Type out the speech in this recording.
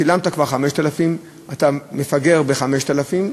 שילמת כבר 5,000, אתה מפגר ב-5,000,